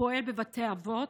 הפועל בבתי אבות,